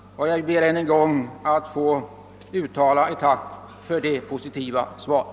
Jag ber att än en gång få uttala ett tack för det positiva svaret.